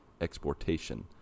exportation